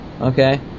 okay